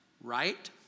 Right